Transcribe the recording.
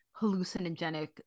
hallucinogenic